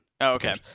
okay